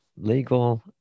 legal